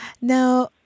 Now